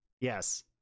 Yes